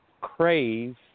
crave